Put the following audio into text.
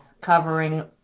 covering